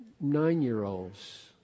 nine-year-olds